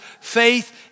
faith